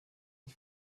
ich